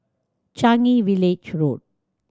Changi Village Road